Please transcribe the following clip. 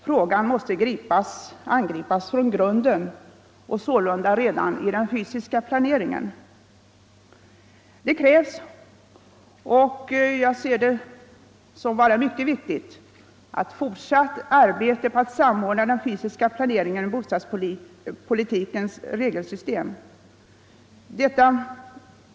Frågan måste angripas från grunden och sålunda redan i den fysiska planeringen. Det krävs, och jag ser det som mycket viktigt, ett fortsatt arbete på att samordna den fysiska planeringen och bostadspolitikens regelsystem.